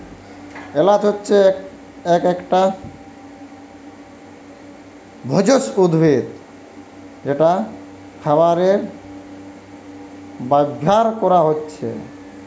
এলাচ হচ্ছে একটা একটা ভেষজ উদ্ভিদ যেটা খাবারে ব্যাভার কোরা হচ্ছে